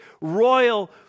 royal